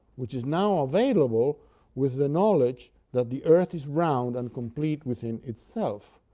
which is now available with the knowledge that the earth is round and complete within itself.